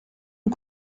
ont